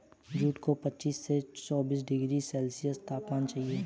jute को पच्चीस से पैंतीस डिग्री सेल्सियस तापमान चाहिए